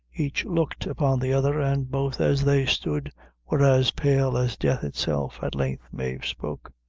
each looked upon the other, and both as they stood were as pale as death itself. at length mave spoke.